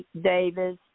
Davis